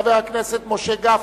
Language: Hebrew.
חבר הכנסת משה גפני.